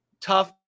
tough